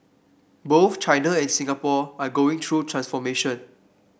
both China and Singapore are going through transformation